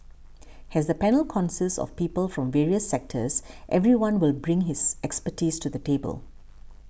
as the panel consists of people from various sectors everyone will bring his expertise to the table